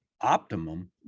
optimum